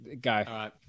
go